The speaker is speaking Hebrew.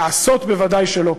לעשות ודאי שלא,